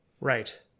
Right